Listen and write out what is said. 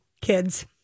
kids